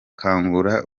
kangura